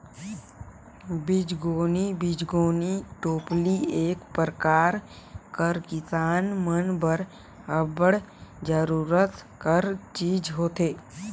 बीजगोनी बीजगोनी टोपली एक परकार कर किसान मन बर अब्बड़ जरूरत कर चीज होथे